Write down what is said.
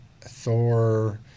Thor